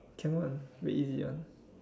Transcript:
can one very easy one